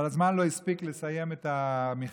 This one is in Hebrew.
אבל הזמן לא הספיק לסיים את המכתב.